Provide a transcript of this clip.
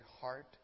heart